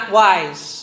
wise